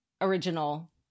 original